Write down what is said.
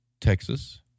Texas